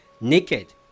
Naked